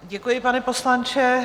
Děkuji, pane poslanče.